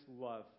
love